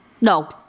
No